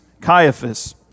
Caiaphas